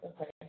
okay